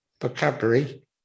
vocabulary